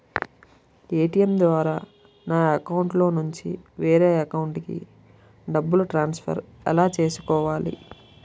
ATM ద్వారా నా అకౌంట్లోనుంచి వేరే అకౌంట్ కి డబ్బులు ట్రాన్సఫర్ ఎలా చేసుకోవాలి?